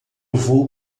vou